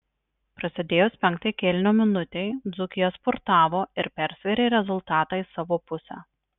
prasidėjus penktai kėlinio minutei dzūkija spurtavo ir persvėrė rezultatą į savo pusę